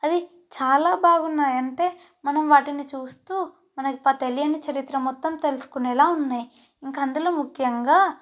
అవి చాలా బాగున్నాయి అంటే మనం వాటిని చూస్తూ మనకి తెలియని చరిత్ర మొత్తం తెలుసుకునేలా ఉన్నాయి ఇంకా అందులో ముఖ్యంగా